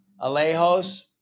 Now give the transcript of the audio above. Alejos